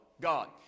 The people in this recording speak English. God